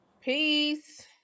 Peace